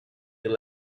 your